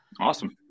Awesome